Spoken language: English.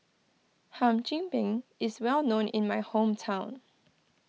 Hum Chim Peng is well known in my hometown